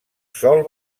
sol